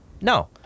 no